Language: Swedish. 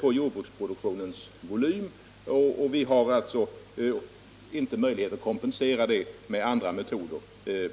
på jordbruksproduktionens volym, och vi har alltså på kort sikt inte möjlighet att kompensera det med andra metoder.